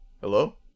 Hello